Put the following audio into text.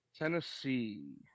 Tennessee